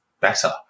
better